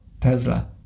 Tesla